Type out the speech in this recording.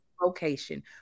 location